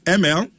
ml